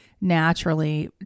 naturally